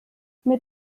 mit